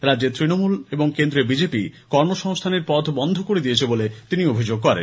রাজ্যে তৃণমূল এবং কেন্দ্রে বিজেপি কর্ম সংস্হানের পথ বন্ধ করে দিয়েছে বলে তিনি অভিযোগ করেন